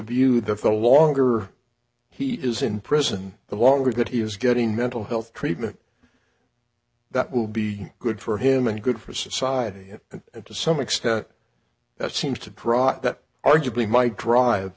view that the longer he is in prison the longer that he is getting mental health treatment that will be good for him and good for society if and to some extent that seems to proc that arguably might drive